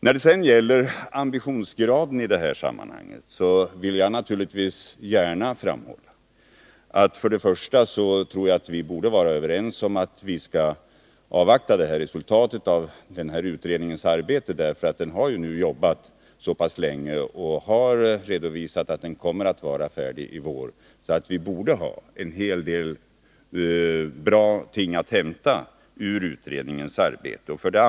När det gäller ambitionsgraden vill jag naturligtvis gärna framhålla att vi borde vara överens om att vi skall avvakta resultatet av bilavgasutredningens arbete. Utredningen har arbetat så pass länge att vi borde ha en hel del att hämta ur dess arbete.